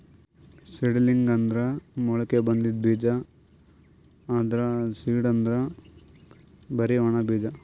seedling ಅಂದ್ರ ಮೊಳಕೆ ಬಂದಿದ್ ಬೀಜ, ಆದ್ರ್ ಸೀಡ್ ಅಂದ್ರ್ ಬರಿ ಒಣ ಬೀಜ